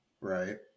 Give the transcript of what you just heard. Right